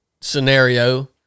scenario